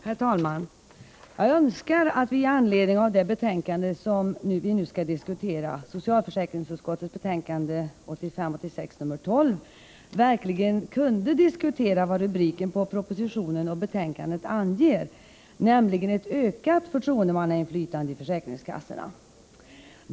Herr talman! Jag önskar att vi i anledning av det betänkande som nu skall debatteras, SfU 1985/86:12, verkligen kunde diskutera vad rubriken på propositionen och betänkandet anger, nämligen ett ökat förtroendemannainflytande i försäkringskassorna.